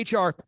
HR